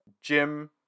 Jim